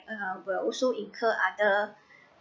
uh will also incur other